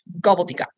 gobbledygook